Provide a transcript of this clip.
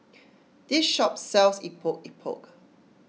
this shop sells Epok Epok